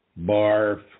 Barf